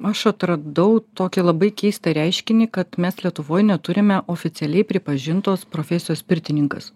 aš atradau tokį labai keistą reiškinį kad mes lietuvoj neturime oficialiai pripažintos profesijos pirtininkas